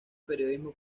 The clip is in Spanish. periodismo